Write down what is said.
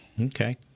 Okay